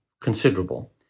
considerable